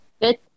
Good